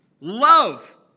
Love